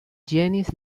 ĝenis